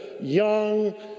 young